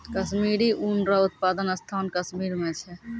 कश्मीरी ऊन रो उप्तादन स्थान कश्मीर मे छै